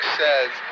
says